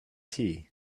tea